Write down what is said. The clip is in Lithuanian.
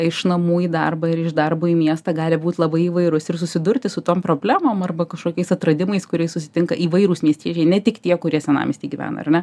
iš namų į darbą ir iš darbo į miestą gali būt labai įvairus ir susidurti su tom problemom arba kažkokiais atradimais kuriais susitinka įvairūs miestiečiai ne tik tie kurie senamiesty gyvena ar ne